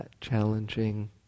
challenging